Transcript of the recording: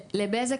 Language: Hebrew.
בזק,